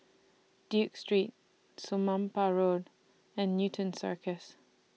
Duke Street Somapah Road and Newton Circus